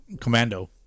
Commando